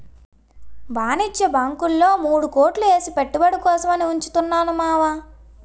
వాణిజ్య బాంకుల్లో మూడు కోట్లు ఏసి పెట్టుబడి కోసం అని ఉంచుతున్నాను మావా